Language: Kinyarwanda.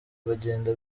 bagenda